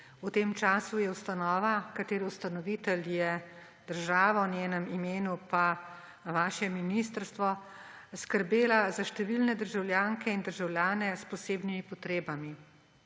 V tem času je ustanova, katere ustanovitelj je država, v njenem imenu pa vaše ministrstvo, skrbela za številne državljanke in državljane s posebnimi potrebami.